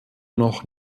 noch